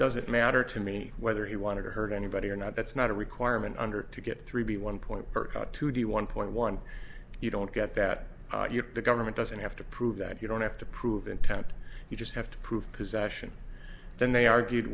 doesn't matter to me whether he wanted to hurt anybody or not that's not a requirement under to get three b one point per cut to do one point one you don't get that the government doesn't have to prove that you don't have to prove intent you just have to prove possession then they argued